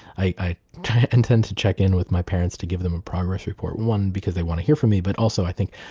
i i intend to check in with my parents to give them a progress report. one, because they want to hear from me but also, i think,